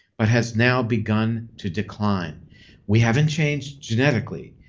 but has now begun to decline we haven't changed genetically.